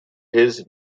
his